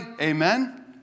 Amen